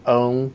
own